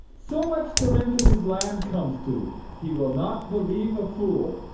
so much the rent of his land comes to he will not believe a fool.